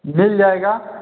मिल जाएगा